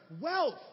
Wealth